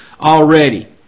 already